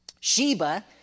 Sheba